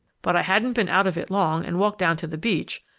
but i hadn't been out of it long and walked down to the beach,